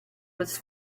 was